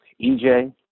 EJ